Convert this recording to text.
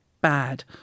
bad